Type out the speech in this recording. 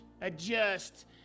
adjust